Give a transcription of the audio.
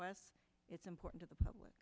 us it's important to the public